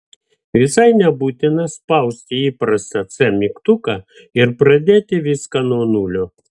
visai nebūtina spausti įprastą c mygtuką ir pradėti viską nuo nulio